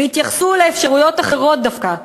והתייחסו לאפשרויות אחרות דווקא,